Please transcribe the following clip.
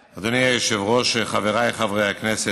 היושב-ראש, חבריי חברי הכנסת,